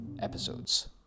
episodes